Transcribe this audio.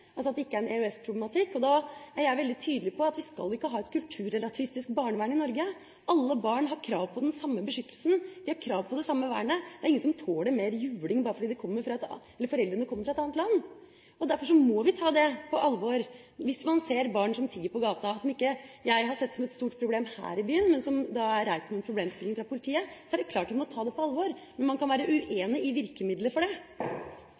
Alle barn har krav på den samme beskyttelsen, de har krav på det samme vernet. Det er ingen som tåler mer juling bare fordi foreldrene kommer fra et annet land. Derfor må vi ta det på alvor hvis man ser barn som tigger på gata, som ikke jeg har sett som et stort problem her i byen, men som er reist som en problemstilling fra politiets side. Så det er klart vi må ta det på alvor, men man kan være uenig i virkemidlet her. Dermed er den muntlige spørretimen omme, og vi går videre til den ordinære spørretimen. Det